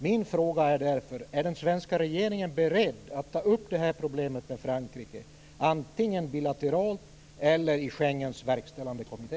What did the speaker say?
Min fråga är därför: Är den svenska regeringen beredd att ta upp det här problemet med Frankrike, antingen bilateralt eller i Schengens verkställande kommitté?